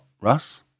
Russ